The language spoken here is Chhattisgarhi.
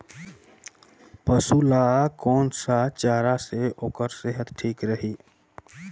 पशु ला कोन स चारा से ओकर सेहत ठीक रही?